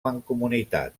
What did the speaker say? mancomunitat